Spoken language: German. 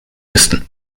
müssen